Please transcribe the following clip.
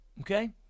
okay